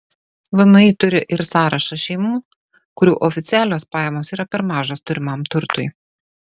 vmi turi ir sąrašą šeimų kurių oficialios pajamos yra per mažos turimam turtui